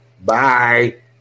Bye